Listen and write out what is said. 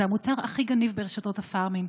זה המוצר הכי גנוב ברשתות הפארמים.